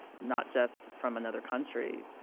not just from another country,